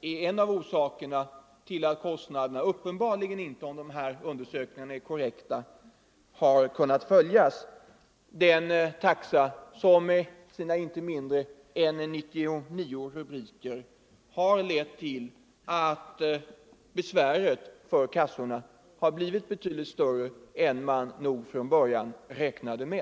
är en av orsakerna till att kostnadsberäkningarna uppenbarligen inte — om de här undersökningarna är korrekta — har kunnat följas den taxa som med sina inte mindre än 99 rubriker har lett till att besväret för kassorna har blivit betydligt större än man från början räknade med.